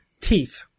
teeth